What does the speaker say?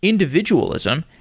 individualism,